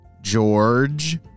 George